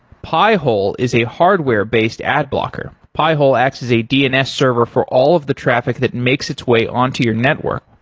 pi-hole is a hardware-based ad blocker. pi-hole access a dns server for all of the traffic that makes its way onto your network.